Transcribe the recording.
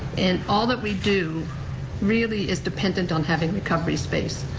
and all that we do really is dependent on having recovery space.